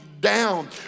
down